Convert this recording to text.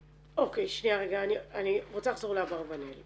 אוקיי, שנייה רגע, אני רוצה לחזור לאברבנאל.